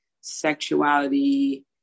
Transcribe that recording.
sexuality